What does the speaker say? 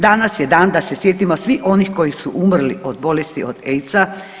Danas je dan da se sjetimo svih onih koji su umrli od bolesti od AIDS-a.